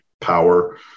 power